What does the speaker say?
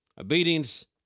obedience